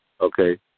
Okay